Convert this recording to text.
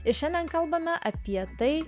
ir šiandien kalbame apie tai